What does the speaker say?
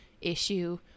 issue